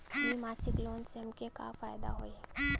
इ मासिक लोन से हमके का फायदा होई?